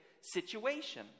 situation